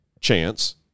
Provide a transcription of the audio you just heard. chance